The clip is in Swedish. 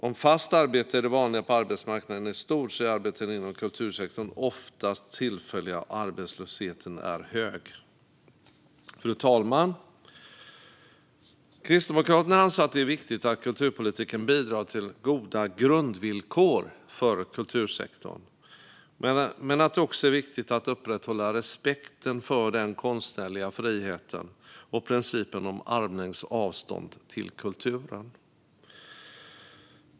Om fast arbete är det vanliga på arbetsmarknaden i stort är arbeten inom kultursektorn oftast tillfälliga, och arbetslösheten är hög. Fru talman! Kristdemokraterna anser att det är viktigt att kulturpolitiken bidrar till goda grundvillkor för kultursektorn men att det också är viktigt att upprätthålla respekten för den konstnärliga friheten och principen om armlängds avstånd till kulturen.